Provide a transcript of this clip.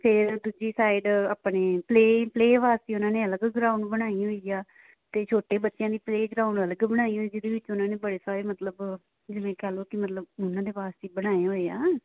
ਫਿਰ ਦੂਜੀ ਸਾਈਡ ਆਪਣੇ ਪਲੇਅ ਪਲੇਅ ਵਾਸਤੇ ਉਹਨਾਂ ਨੇ ਅਲੱਗ ਗਰਾਉਂਡ ਬਣਾਈ ਹੋਈ ਆ ਅਤੇ ਛੋਟੇ ਬੱਚਿਆਂ ਦੀ ਪਲੇਅ ਗਰਾਉਂਡ ਅਲੱਗ ਬਣਾਈ ਹੋਈ ਜਿਹਦੇ ਵਿੱਚ ਉਹਨਾਂ ਨੇ ਬੜੇ ਸਾਰੇ ਮਤਲਬ ਜਿਵੇਂ ਕਹਿ ਲਓ ਕਿ ਮਤਲਬ ਉਹਨਾਂ ਦੇ ਵਾਸਤੇ ਬਣਾਏ ਹੋਏ ਆ